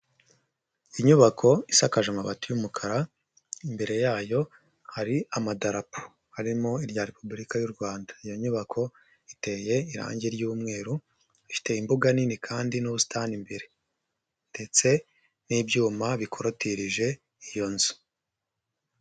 Inyubako isakaje amabati y'umukara, imbere yayo hari amadarapo harimo irya Repubulika y'u Rwanda, iyo nyubako iteye irange ry'umweru, ifite imbuga nini kandi n'ubusitani imbere ndetse n'ibyuma bikorotirije iyo nzu.